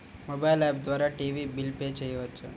Mobile app ద్వారా TV bill pay చేయవచ్చా?